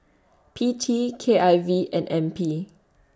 P T K I V and N P